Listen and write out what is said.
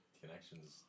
connections